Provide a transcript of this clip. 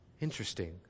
Interesting